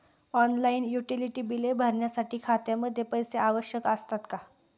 Online utility बिले भरण्यासाठी खात्यामध्ये पैसे आवश्यक असतात का?